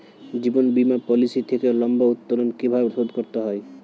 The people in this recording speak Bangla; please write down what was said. জীবন বীমা পলিসি থেকে লম্বা উত্তোলন কিভাবে শোধ করতে হয়?